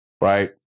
right